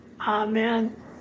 Amen